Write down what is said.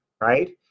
right